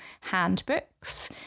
handbooks